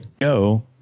go